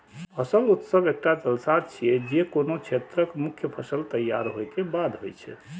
फसल उत्सव एकटा जलसा छियै, जे कोनो क्षेत्रक मुख्य फसल तैयार होय के बाद होइ छै